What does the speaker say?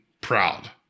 proud